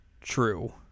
True